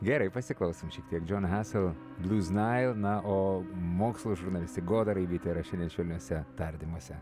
gerai pasiklausom šiek tiek jon hassell blues nile na o mokslo žurnalistė goda raibytė yra šiandien švelniuose tardymuose